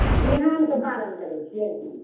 बिहानके पारण करैत छियै